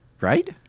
right